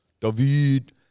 David